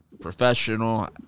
professional